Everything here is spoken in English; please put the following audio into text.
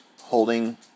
holding